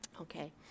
Okay